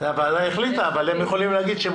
הוועדה החליטה אבל הם יכולים להגיד שהם